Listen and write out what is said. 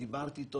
דיברתי אתו,